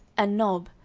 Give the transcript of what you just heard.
and nob,